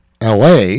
LA